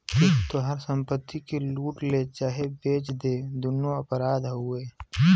केहू तोहार संपत्ति के लूट ले चाहे बेच दे दुन्नो अपराधे हउवे